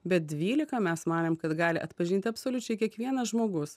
bet dvylika mes manėm kad gali atpažinti absoliučiai kiekvienas žmogus